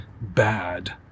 Bad